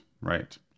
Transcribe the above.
Right